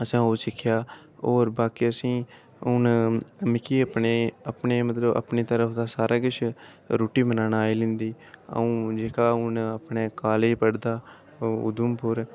असें ओह् सिक्खेआ होर बाकी असें ई हून मिकी अपने अपने मतलब अपनी तरफ दा सारा किश रुट्टी बनाना आई लैंदी अ'ऊं जेह्का हून अपने कालेज पढ़दा उधमपुर